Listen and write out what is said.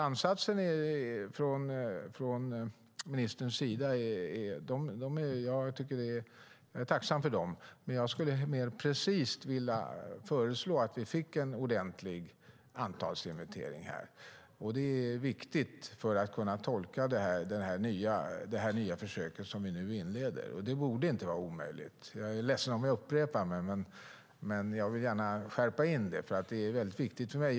Ansatsen från ministerns sida är jag tacksam för, men jag skulle mer precist vilja föreslå att vi fick en ordentlig antalsinventering. Det är viktigt för att kunna tolka det nya försök som vi nu inleder. Det borde inte vara omöjligt. Jag är ledsen om jag upprepar mig, men jag vill gärna skärpa in det, för det är väldigt viktigt för mig.